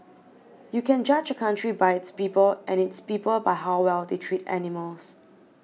you can judge a country by its people and its people by how well they treat animals